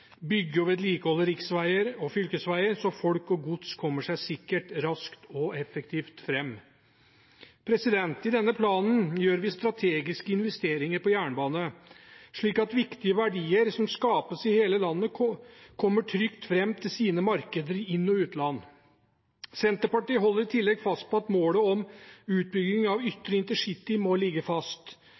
bygge og vedlikeholde riksveier og fylkesveier, så folk og gods kommer seg sikkert, raskt og effektivt fram. I denne planen gjør vi strategiske investeringer på jernbane, slik at viktige verdier som skapes i hele landet, kommer trygt fram til sine markeder i inn- og utland. Senterpartiet holder i tillegg fast ved at målet om utbygging av ytre intercity må ligge fast.